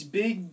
big